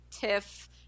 Tiff